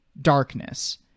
Darkness